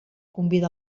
convida